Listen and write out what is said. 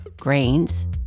grains